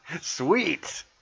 Sweet